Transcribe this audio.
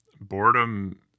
Boredom